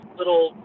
little